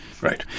Right